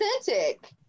authentic